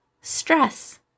stress